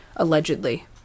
allegedly